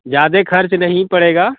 ज़्यादा खर्च नहीं पड़ेगा